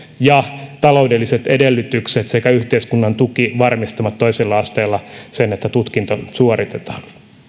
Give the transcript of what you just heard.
ja taloudelliset edellytykset sekä yhteiskunnan tuki varmistavat toisella asteella sen että tutkinto suoritetaan